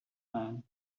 man